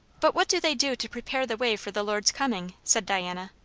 but what do they do to prepare the way for the lord's coming? said diana.